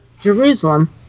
Jerusalem